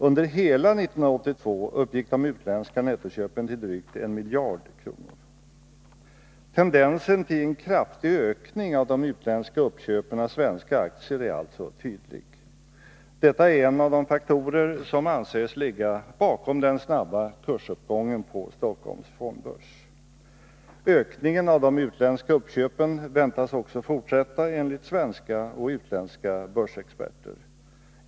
Under hela 1982 uppgick de utländska nettoköpen till drygt 1 miljard kronor. Tendensen till en kraftig ökning av de utländska uppköpen av svenska aktier är alltså tydlig. Detta är en av de faktorer som anses ligga bakom den snabba kursuppgången på Stockholms fondbörs. Ökningen av de utländska uppköpen väntas också fortsätta enligt svenska och utländska börsexperter.